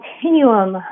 continuum